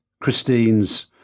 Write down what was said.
Christine's